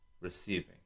receiving